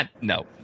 No